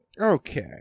Okay